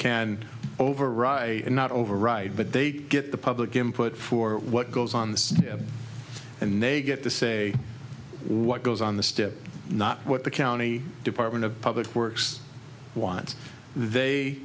can override not override but they get the public input for what goes on and they get to say what goes on the strip not what the county department of public works once they